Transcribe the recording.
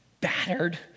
battered